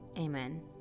amen